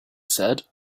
said